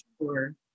sure